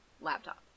laptop